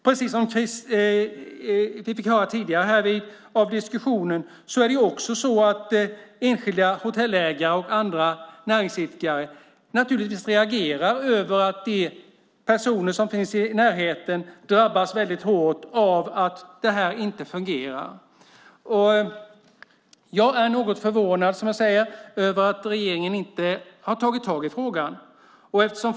Precis som vi fick höra tidigare i diskussion reagerar enskilda hotellägare och andra näringsidkare naturligtvis över att de personer som finns i närheten drabbas väldigt hårt av att detta inte fungerar. Jag är som sagt något förvånad över att regeringen inte har tagit itu med frågan.